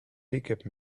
pickup